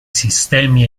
sistemi